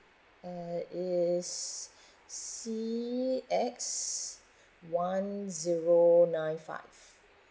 uh is C X one zero nine five